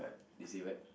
they say what